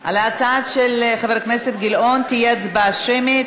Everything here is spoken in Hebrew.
על ההצעה של חבר הכנסת גילאון תהיה הצבעה שמית,